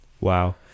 Wow